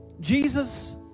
Jesus